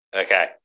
Okay